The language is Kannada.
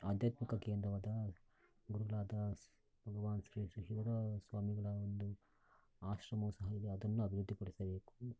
ಆಧ್ಯಾತ್ಮಿಕ ಕೇಂದ್ರವಾದ ಗುರುಗಳಾದ ಸ್ ಭಗವಾನ್ ಶ್ರೀ ಶ್ರೀಧರ ಸ್ವಾಮಿಗಳ ಒಂದು ಆಶ್ರಮವು ಸಹ ಇದೆ ಅದನ್ನು ಅಭಿವೃದ್ಧಿ ಪಡಿಸಬೇಕು